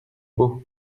beau